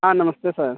हाँ नमस्ते सर